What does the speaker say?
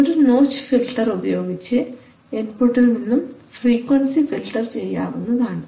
ഒരു notch filter ഉപയോഗിച്ച് ഇൻപുട്ടിൽ നിന്നും ഫ്രീക്വൻസി ഫിൽറ്റർ ചെയ്യാവുന്നതാണ്